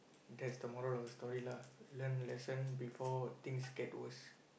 that's the moral of the story lah learn lesson before things get worse